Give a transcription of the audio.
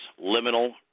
liminal